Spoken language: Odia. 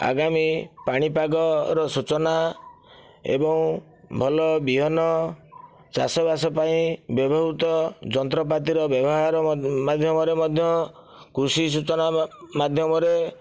ଆଗାମୀ ପାଣିପାଗର ସୂଚନା ଏବଂ ଭଲ ବିହନ ଚାଷବାସ ପାଇଁ ବ୍ୟବହୃତ ଯନ୍ତ୍ରପାତିର ବ୍ୟବହାର ମାଧ୍ୟମରେ ମଧ୍ୟ କୃଷି ସୂଚନା ମାଧ୍ୟମରେ